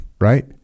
right